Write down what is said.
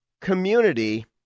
community